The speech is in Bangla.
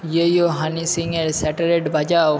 ইয়ো ইয়ো হানি সিংয়ের স্যাটারডে বাজাও